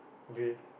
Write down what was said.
okay